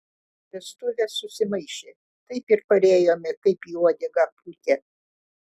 vestuvės susimaišė taip ir parėjome kaip į uodegą pūtę